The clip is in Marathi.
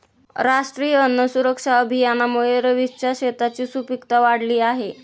राष्ट्रीय अन्न सुरक्षा अभियानामुळे रवीशच्या शेताची सुपीकता वाढली आहे